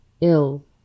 ill